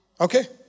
okay